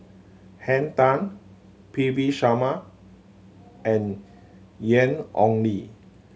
Henn Tan P V Sharma and Ian Ong Li